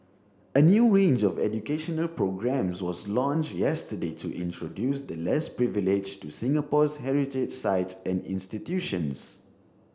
a new range of educational programmes was launched yesterday to introduce the less privileged to Singapore's heritage sites and institutions